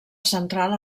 central